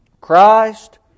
Christ